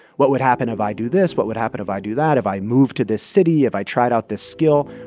what would happen if i do this? what would happen if i do that if i moved to this city, if i tried out this skill,